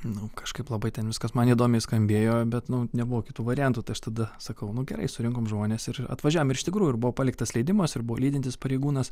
nu kažkaip labai ten viskas man įdomiai skambėjo bet nu nebuvo kitų variantų tai aš tada sakau nu gerai surinkom žmones ir atvažiavom ir iš tikrųjų ir buvo paliktas leidimas ir buvo lydintis pareigūnas